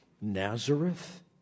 Nazareth